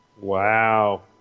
Wow